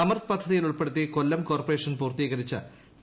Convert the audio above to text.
അമൃത് പദ്ധതിയിൽ ഉൾപ്പെടുത്തി കൊല്ലം കോർപറേഷൻ പൂർത്തീകരിച്ച ടി